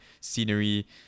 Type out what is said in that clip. scenery